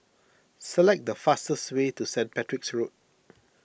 select the fastest way to Saint Patrick's Road